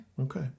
Okay